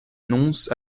nonce